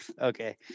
Okay